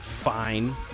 Fine